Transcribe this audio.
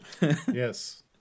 yes